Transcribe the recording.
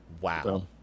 Wow